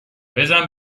بزن